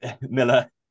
Miller